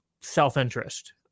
self-interest